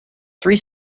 three